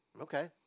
Okay